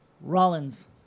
Rollins